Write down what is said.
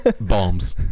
Bombs